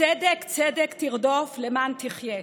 "צדק צדק תרדֹּף למען תחיה".